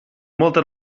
molta